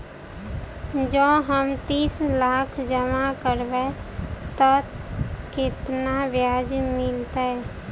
जँ हम तीस लाख जमा करबै तऽ केतना ब्याज मिलतै?